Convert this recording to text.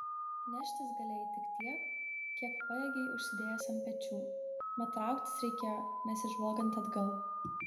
neštis galėjai tik tiek kiek pajėgei užsidėjęs ant pečių mat trauktis reikėjo nesižvalgant atgal